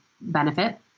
benefit